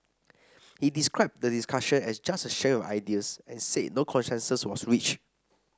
he described the discussion as just a sharing of ideas and said no consensus was reached